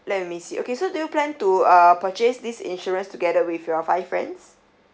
let me see okay so do you plan to uh purchase this insurance together with your five friends